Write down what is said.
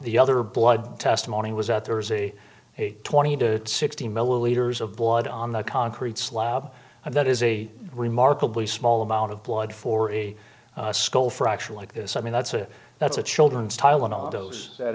the other blood testimony was out there was a twenty to sixty milliliters of blood on the concrete slab and that is a remarkably small amount of blood for a skull fracture like this i mean that's a that's a children's tylenol dose that